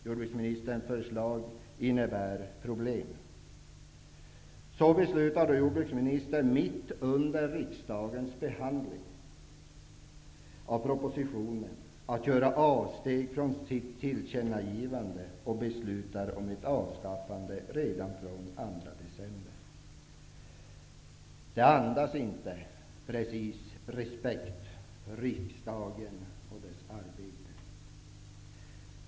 Jordbruksministerns förslag innebär problem. Jordbruksministern beslutar -- mitt under riksdagens behandling av propositionen -- att göra avsteg från sitt tillkännagivande och beslutar om ett avskaffande redan från den 2 december. Detta andas inte precis respekt för riksdagen och dess arbete.